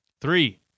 Three